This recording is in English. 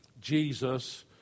Jesus